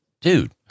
dude